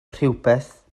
rhywbeth